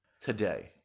today